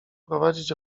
prowadzić